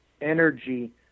energy